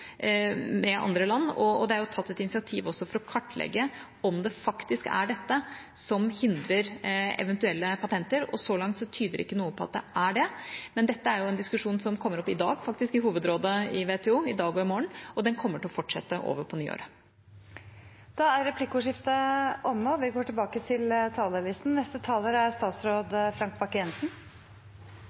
med andre land. Det er også tatt et initiativ for å kartlegge om det faktisk er dette som hindrer eventuelle patenter. Så langt tyder ikke noe på at det er det. Men dette er en diskusjon som kommer opp i dag og i morgen i hovedrådet i WTO, og den kommer til å fortsette på nyåret. Replikkordskiftet er omme. Regjeringen har lagt fram en ny langtidsplan for forsvarssektoren i en tid med økt kompleksitet og større uforutsigbarhet. Vi